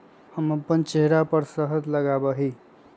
हम अपन चेहरवा पर शहद लगावा ही